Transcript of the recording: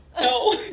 No